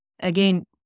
again